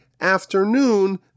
afternoon